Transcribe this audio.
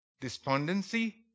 despondency